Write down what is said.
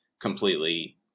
completely